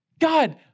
God